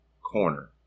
corner